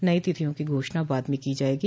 नई तिथियों की घोषणा बाद में की जाएगी